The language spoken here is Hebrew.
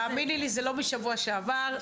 תאמיני לי זה לא משבוע שעבר,